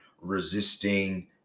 resisting